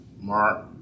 Mark